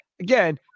again